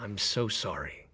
i'm so sorry